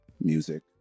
Music